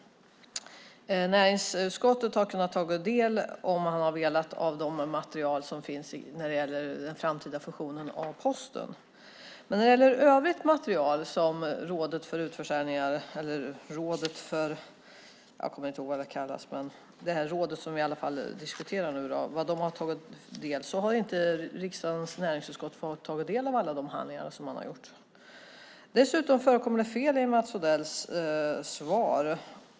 I näringsutskottet har man om man har velat kunnat ta del av det material som finns när det gäller den framtida fusionen av Posten. Men riksdagens näringsutskott har inte fått ta del av övrigt material som Rådet för försäljning av aktier i bolag med statligt ägande har behandlat. Dessutom förekommer det fel i Mats Odells svar.